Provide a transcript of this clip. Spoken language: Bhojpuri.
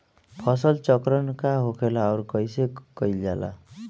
फसल चक्रण का होखेला और कईसे कईल जाला?